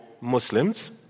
Muslims